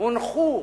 הונחו